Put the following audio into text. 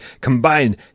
combined